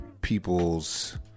people's